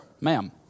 ma'am